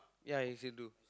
ya he's Hindu